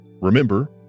Remember